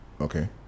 Okay